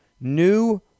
new